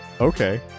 Okay